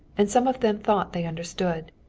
and some of them thought they understood.